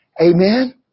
Amen